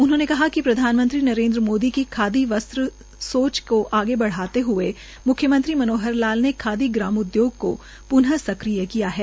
उन्होंने कहा कि प्रधानमंत्री नरेन्द्र मोदी की खादी वस्त्र सोच को आगे बढ़ाते हए म्ख्यमंत्री मनोहर लाल ने खादी ग्राम उद्योग की प्न सक्रिय किया है